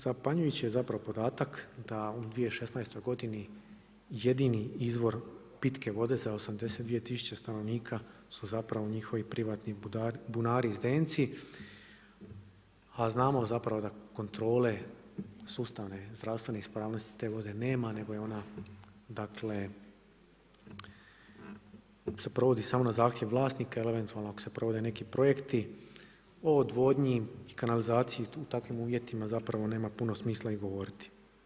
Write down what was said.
Zapanjujući je zapravo podatak da u 2016. godini jedini izvor pitke vode sa 82 tisuće stanovnika su zapravo njihovi privatni bunari i zdenci a znamo zapravo da kontrole sustavne, zdravstvene ispravnosti te vode nema nego je ona dakle, se provodi samo na zahtjev vlasnika ili eventualno ako se provode neki projekti o odvodnji i kanalizaciji u takvim uvjetima zapravo nema puno smisla i govoriti.